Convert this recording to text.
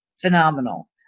phenomenal